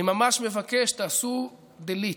אני ממש מבקש, תעשו delete.